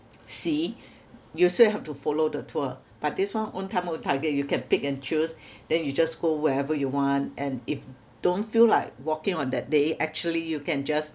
see you also have to follow the tour but this one own time own target you can pick and choose then you just go wherever you want and if don't feel like walking on that day actually you can just